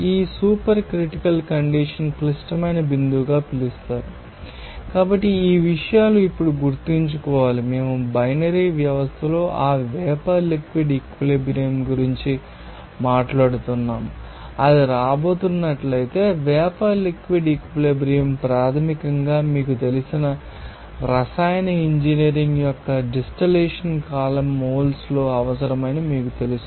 ఈ super critical condition క్లిష్టమైన బిందువుగా పిలుస్తారు కాబట్టి ఈ విషయాలు ఇప్పుడు గుర్తుంచుకోవాలి మేము బైనరీ వ్యవస్థలో ఆ వేపర్ లిక్విడ్ ఈక్విలిబ్రియం గురించి మాట్లాడుతున్నాము అది రాబోతున్నట్లయితే వేపర్ లిక్విడ్ ఈక్విలిబ్రియం ప్రాథమికంగా మీకు తెలిసిన రసాయన ఇంజనీరింగ్ యొక్క డిస్టిలేషన్ కాలమ్ మోల్స్లో అవసరమని మీకు తెలుసు